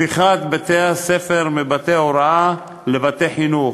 הפיכת בתי-הספר מבתי הוראה לבתי חינוך,